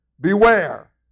beware